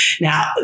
Now